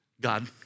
God